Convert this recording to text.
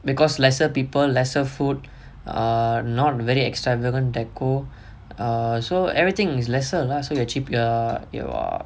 because lesser people lesser food err not very extravagant decor err so everything is lesser lah so your cheap ya ya